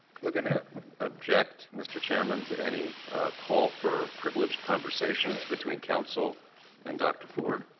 we are going to object, mr. chairman, to any call for privileged conversation between counsel and dr. ford.